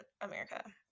America